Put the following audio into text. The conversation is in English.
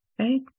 okay